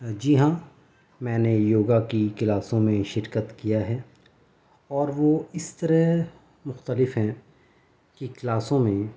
جی ہاں میں نے یوگا کی کلاسوں میں شرکت کیا ہے اور وہ اس طرح مختلف ہیں کہ کلاسوں میں